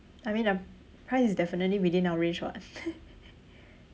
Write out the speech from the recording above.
I mean the price is definitely within our range [what]